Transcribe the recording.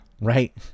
right